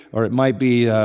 or it might be